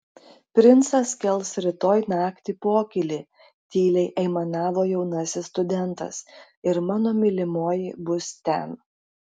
princas kels rytoj naktį pokylį tyliai aimanavo jaunasis studentas ir mano mylimoji bus ten